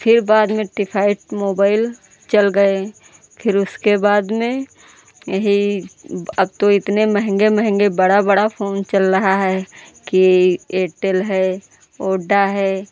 फिर बाद में टीफैड मोबाइल चल गए फिर उसके बाद में यही अब तो इतने महँगे महँगे बड़ा बड़ा फोन चल रहा है कि एयरटेल है वोडा है